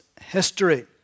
history